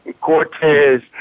Cortez